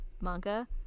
manga